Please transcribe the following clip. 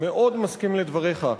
אני מאוד מסכים לדבריך.